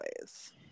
ways